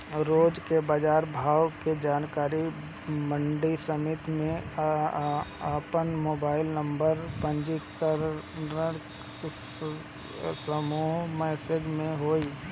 रोज के बाजार भाव के जानकारी मंडी समिति में आपन मोबाइल नंबर पंजीयन करके समूह मैसेज से होई?